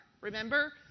Remember